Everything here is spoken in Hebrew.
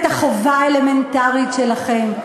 לא מילאתם את החובה האלמנטרית שלכם,